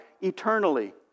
eternally